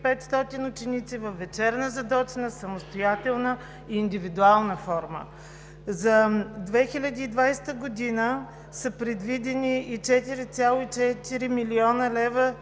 ученици във вечерна, задочна, самостоятелна и индивидуална форма. За 2020 г. са предвидени и 4,4 млн. лв.